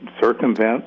circumvent